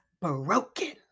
broken